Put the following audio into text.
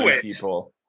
people